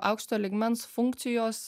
aukšto lygmens funkcijos